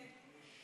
כן.